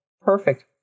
Perfect